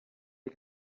die